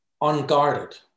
unguarded